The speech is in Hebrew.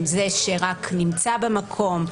אם זה שרק נמצא במקום.